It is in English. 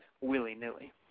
willy-nilly